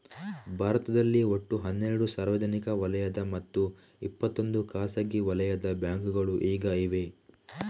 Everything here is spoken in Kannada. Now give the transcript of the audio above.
ಭಾರತದಲ್ಲಿ ಒಟ್ಟು ಹನ್ನೆರಡು ಸಾರ್ವಜನಿಕ ವಲಯದ ಮತ್ತೆ ಇಪ್ಪತ್ತೊಂದು ಖಾಸಗಿ ವಲಯದ ಬ್ಯಾಂಕುಗಳು ಈಗ ಇವೆ